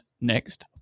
next